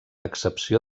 excepció